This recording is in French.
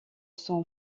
son